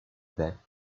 that